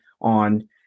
on